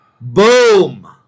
Boom